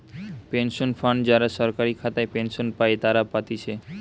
pension fund যারা সরকারি খাতায় পেনশন পাই তারা পাতিছে